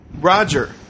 Roger